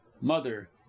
mother